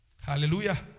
Hallelujah